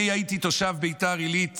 אני הייתי תושב ביתר עילית